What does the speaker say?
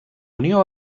unió